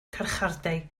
carchardai